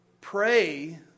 pray